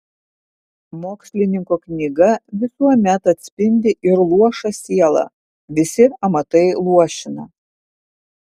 mokslininko knyga visuomet atspindi ir luošą sielą visi amatai luošina